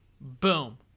Boom